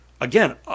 again